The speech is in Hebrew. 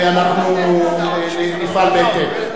ואנחנו נפעל בהתאם.